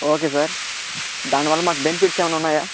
okay sir దానివల్ల మాకు benefits ఏమన్నా ఉన్నాయా